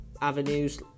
avenues